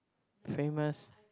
famous